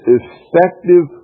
effective